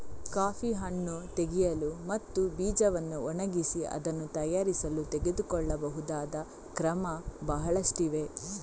coffee ಹಣ್ಣು ತೆಗೆಯಲು ಮತ್ತು ಬೀಜವನ್ನು ಒಣಗಿಸಿ ಅದನ್ನು ತಯಾರಿಸಲು ತೆಗೆದುಕೊಳ್ಳಬಹುದಾದ ಕ್ರಮ ಬಹಳಷ್ಟಿವೆ